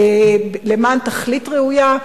למען תכלית ראויה,